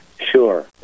Sure